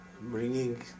bringing